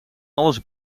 alles